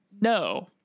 no